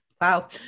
wow